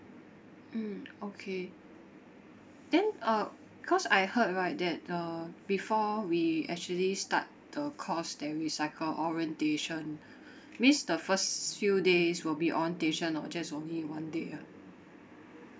mm okay then uh because I heard right that uh before we actually start the course there is like a orientation means the first few days will be orientation or just only one day ah